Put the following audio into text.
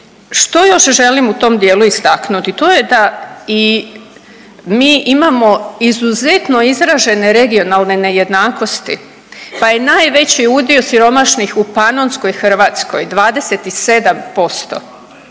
Što još želim u tom dijelu istaknuti? To je da i mi imamo izuzetno izražene regionalne nejednakosti, pa je najveći udio siromašnih u panonskoj Hrvatskoj 27%,